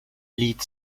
liegt